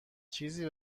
چیزی